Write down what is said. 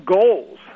goals